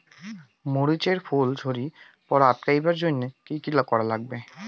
মরিচ এর ফুল ঝড়ি পড়া আটকাবার জইন্যে কি কি করা লাগবে?